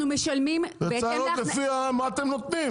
אנחנו משלמים בהתאם ל --- זה צריך להיות לפי מה אתם נותנים.